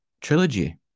trilogy